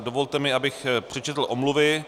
Dovolte mi, abych přečetl omluvy.